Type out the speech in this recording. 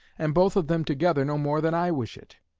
and both of them together no more than i wish it.